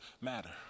matter